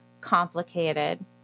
complicated